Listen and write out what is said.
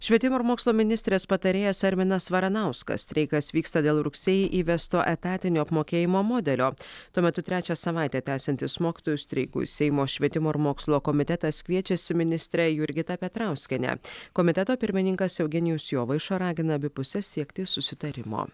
švietimo ir mokslo ministrės patarėjas arminas varanauskas streikas vyksta dėl rugsėjį įvesto etatinio apmokėjimo modelio tuo metu trečią savaitę tęsiantis mokytojų streikui seimo švietimo ir mokslo komitetas kviečiasi ministrę jurgitą petrauskienę komiteto pirmininkas eugenijus jovaiša ragina abi puses siekti susitarimo